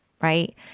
right